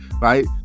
right